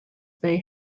may